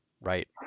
right